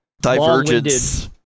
divergence